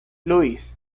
louis